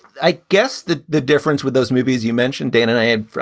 i guess the the difference with those movies you mentioned, dan, and i ah